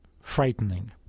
frightening